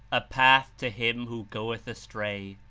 a path to him who goeth astray.